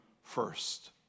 first